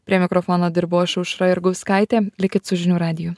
prie mikrofono dirbau aš aušra jurgauskaitė likit su žinių radiju